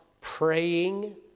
praying